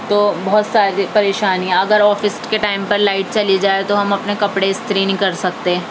تو بہت ساری پریشانیاں اگر آفس کے ٹائم پر لائٹ چلی جائے تو ہم اپنے کپڑے استری نہیں کر سکتے